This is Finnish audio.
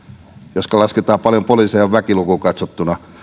jos lasketaan paljonko poliiseja on väkilukuun katsottuna